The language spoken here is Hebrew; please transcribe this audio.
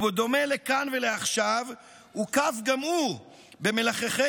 בדומה לכאן ולעכשיו הוקף גם הוא במלחכי